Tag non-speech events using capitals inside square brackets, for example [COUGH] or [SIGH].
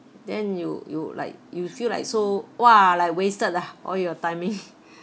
then you you like you feel like so !wah! like wasted lah all your timing [LAUGHS]